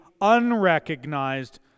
unrecognized